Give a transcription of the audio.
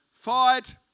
fight